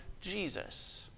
Jesus